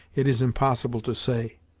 it is impossible to say.